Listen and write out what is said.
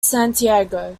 santiago